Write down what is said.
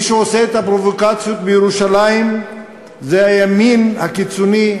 מי שעושה את הפרובוקציות בירושלים זה הימין הקיצוני,